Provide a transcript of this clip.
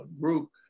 group